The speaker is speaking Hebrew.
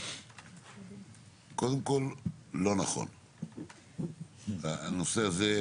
קודם כל לא נכון, הנושא הזה,